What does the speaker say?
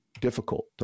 difficult